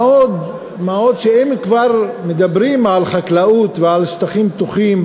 מה עוד שאם כבר מדברים על חקלאות ועל שטחים פתוחים,